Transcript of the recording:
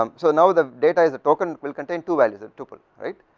um so now, the data is the token will contained two values ah tupeloright,